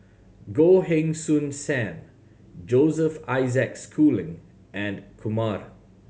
Goh Heng Soon Sam Joseph Isaac Schooling and Kumar